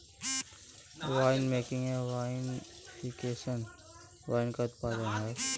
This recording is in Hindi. वाइनमेकिंग या विनिफिकेशन वाइन का उत्पादन है